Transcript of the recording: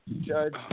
Judge